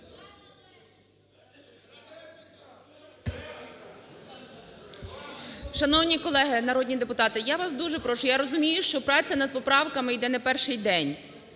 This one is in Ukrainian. Шановні колеги народні депутати! Я вас дуже прошу, я розумію, що праця над поправками йде не перший день.